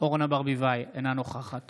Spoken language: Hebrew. אינה נוכחת